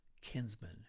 kinsman